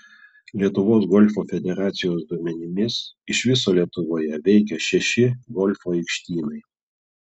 lietuvos golfo federacijos duomenimis iš viso lietuvoje veikia šeši golfo aikštynai